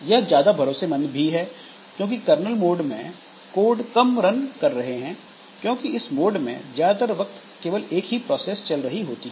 यह ज्यादा भरोसेमंद भी है क्योंकि कर्नल मोड में कोड कम रन कर रहे हैं क्योंकि इस मोड में ज्यादातर वक्त केवल एक ही प्रोसेस चल रही होती है